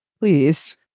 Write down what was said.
Please